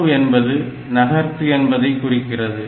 MOV என்பது நகர்த்து என்பதைக் குறிக்கிறது